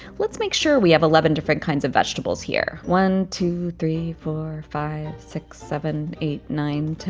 let's make sure we have eleven different kinds of vegetables here one, two, three, four, five, six, seven, eight, nine, ten,